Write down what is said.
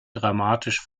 dramatisch